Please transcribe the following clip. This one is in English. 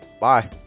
Bye